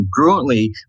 congruently